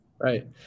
Right